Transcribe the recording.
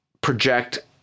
project